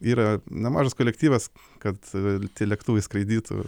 yra nemažas kolektyvas kad lėktuvai skraidytų